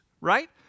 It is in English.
right